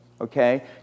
Okay